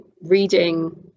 reading